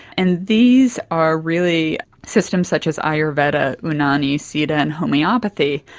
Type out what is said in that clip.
and these are really systems such as ayurveda, unani, siddha and homoeopathy.